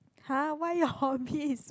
!huh! why your hobbies